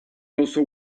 also